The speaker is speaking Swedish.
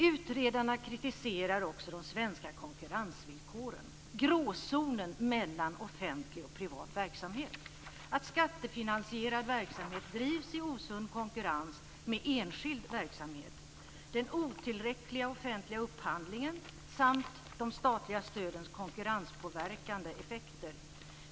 Utredarna kritiserar också de svenska konkurrensvillkoren, gråzonen mellan offentlig och privat verksamhet, att skattefinansierad verksamhet drivs i osund konkurrens med enskild verksamhet, den otillräckliga offentliga upphandlingen samt de statliga stödens konkurrenspåverkande effekter.